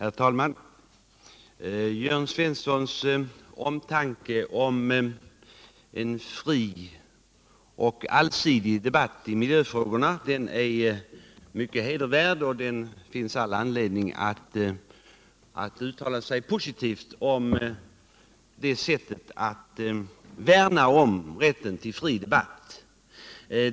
Herr talman! Jörn Svenssons omtanke om en fri och allsidig debatt i miljöfrågorna är mycket hedervärd. Det finns all anledning att uttala sig positivt om ett värnande av rätten till fri debatt.